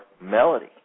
melody